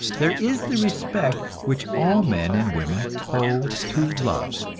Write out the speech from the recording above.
there is the respect which all men and women owe to love.